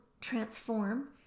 transform